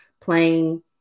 playing